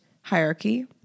hierarchy